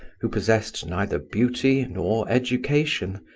who possessed neither beauty nor education,